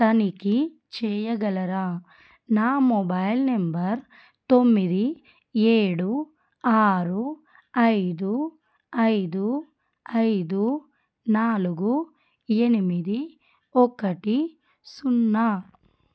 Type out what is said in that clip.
తనిఖీ చెయ్యగలరా నా మొబైల్ నంబర్ తొమ్మిది ఏడు ఆరు ఐదు ఐదు ఐదు నాలుగు ఎనిమిది ఒకటి సున్నా